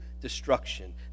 destruction